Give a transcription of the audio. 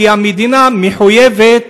כי המדינה מחויבת